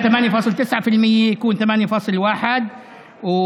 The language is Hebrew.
במקום 8.9% מהסכום הבסיסי צריך שיהיה 8.1% מהשכר הממוצע,